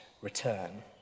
return